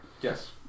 Yes